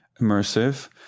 immersive